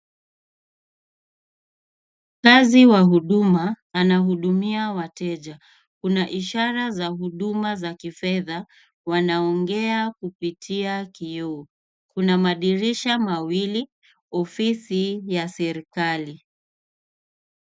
Mfanyikazi wa huduma anahudumia wateja. Kuna ishara za huduma za kifedha wanaongea kupitia kioo. Kuna madirisha mawili, ofisi ya serikali.